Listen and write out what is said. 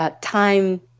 time